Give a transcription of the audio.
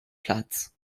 platz